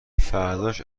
فرداش